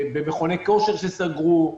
במכוני כושר שסגרו.